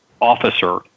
officer